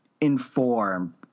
inform